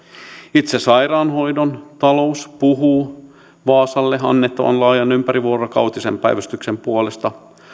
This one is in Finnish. itse sairaanhoidon talous puhuu vaasalle annettavan laajan ympärivuorokautisen päivystyksen puolesta